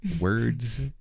words